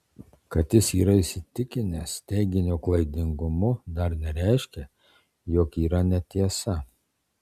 kad jis yra įsitikinęs teiginio klaidingumu dar nereiškia jog yra netiesa